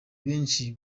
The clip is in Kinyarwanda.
benshi